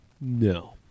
No